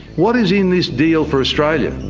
what is in this deal for australia?